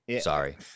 Sorry